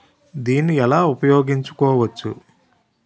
దీన్ని ఎలా ఉపయోగించు కోవచ్చు?